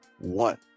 one